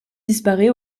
disparaît